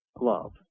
love